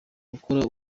gukora